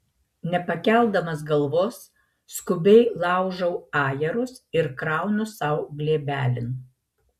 nepakeldamas galvos skubiai laužau ajerus ir kraunu sau glėbelin